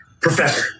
Professor